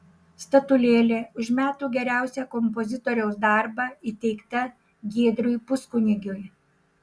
statulėlė už metų geriausią kompozitoriaus darbą įteikta giedriui puskunigiui